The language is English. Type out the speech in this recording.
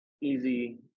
easy